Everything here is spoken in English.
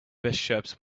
bishops